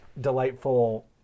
delightful